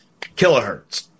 kilohertz